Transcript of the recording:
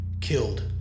killed